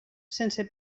sense